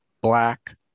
black